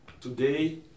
Today